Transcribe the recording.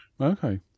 Okay